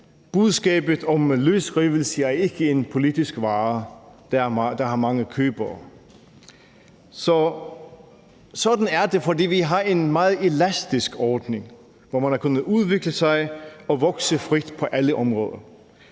Budskabet om løsrivelse er ikke en politisk vare, der har mange købere. Sådan er det, fordi vi har en meget elastisk ordning, hvor man har kunnet udvikle sig og vokse frit på alle områder.